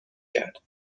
کرد